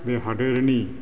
बे हादोरनि